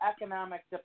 economic